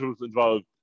involved